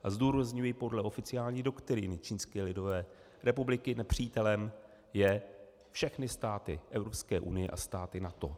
A zdůrazňuji podle oficiální doktríny Čínské lidové republiky nepřítelem jsou všechny státy Evropské unie a státy NATO.